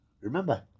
remember